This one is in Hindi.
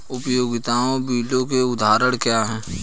उपयोगिता बिलों के उदाहरण क्या हैं?